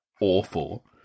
awful